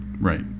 Right